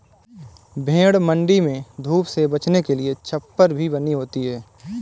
भेंड़ मण्डी में धूप से बचने के लिए छप्पर भी बनी होती है